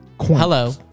hello